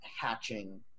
hatching